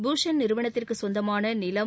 பூஷன் நிறுவனத்திற்கு சொந்தமான நிலம்